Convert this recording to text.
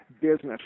Business